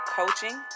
coaching